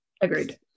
Agreed